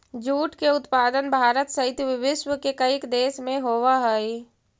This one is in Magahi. जूट के उत्पादन भारत सहित विश्व के कईक देश में होवऽ हइ